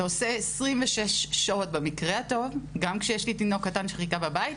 אתה עושה 26 שעות במקרה הטוב גם כשיש לי תינוק קטן שחיכה בבית,